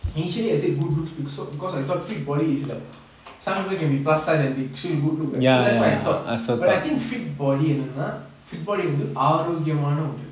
initially I said good looks because because I thought fit body is like some people can be plus size and be actually good look right so that's what I thought but I think fit body என்னனா:ennanaa fit body வந்து ஆரோக்கியமான உடல்:vanthu aarokiyamaana udal